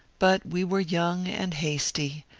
but we were young and hasty,